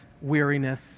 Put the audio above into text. weariness